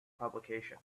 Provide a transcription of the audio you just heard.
publication